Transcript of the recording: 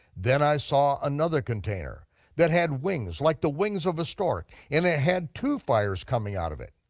then i saw another container that had wings like the wings of a stork, and it had two fires coming out of it.